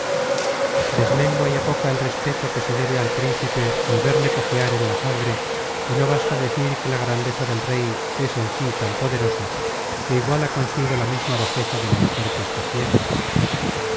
desmengua y apoca el respeto que se debe al príncipe el verle cojear en la sangre y no basta decir que la grandeza del rey es en sí tan poderosa que iguala consigo misma la bajeza de la mujer que escogiere